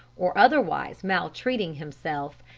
or otherwise maltreating himself,